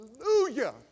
hallelujah